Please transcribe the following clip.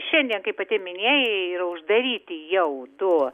šiandien kaip pati minėjai yra uždaryti jau du